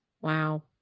wow